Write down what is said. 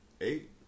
eight